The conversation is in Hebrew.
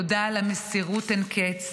תודה על המסירות אין-קץ,